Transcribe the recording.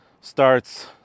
starts